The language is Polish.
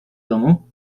domu